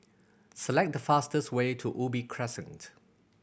select the fastest way to Ubi Crescent